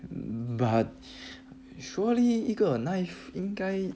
but surely 一个 knife 应该